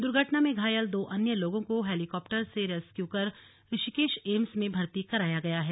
दुर्घटना में घायल दो अन्य लोगों को हेलीकॉप्टर से रेस्क्यू कर ऋषिकेश एम्स में भर्ती कराया गया है